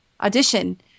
audition